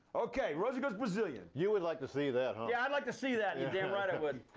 ok, rosie goes brazilian. you would like to see that, huh? yeah, i'd like to see that you're damned right i would.